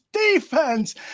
defense